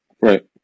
Right